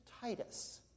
Titus